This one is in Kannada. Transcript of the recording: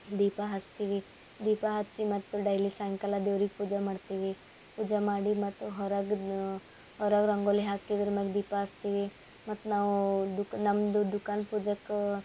ದೀಪ ಹಸ್ತಿವಿ ದೀಪ ಹಚ್ಚಿ ಮತ್ತು ಡೈಲಿ ಸಾಯಂಕಾಲ ದೇವ್ರಿಗೆ ಪೂಜ ಮಾಡ್ತೀವಿ ಪೂಜ ಮಾಡಿ ಮತ್ತು ಹೊರಗ್ದ ಹೊರಗೆ ರಂಗೋಲಿ ಹಾಕಿದ್ರೆ ಮ್ಯಾಗ ದೀಪ ಅಸ್ತಿವಿ ಮತ್ತು ನಾವು ದುಕ್ ನಮ್ಮದು ದುಖಾನ್ ಪೂಜಕ್ಕೆ